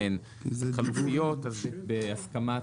מי בעד?